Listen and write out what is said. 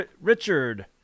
Richard